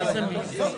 באמת,